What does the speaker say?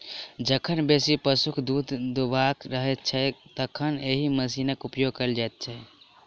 जखन बेसी पशुक दूध दूहबाक रहैत छै, तखन एहि मशीनक उपयोग कयल जाइत छै